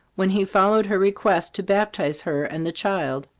when he followed her request to baptize her and the child.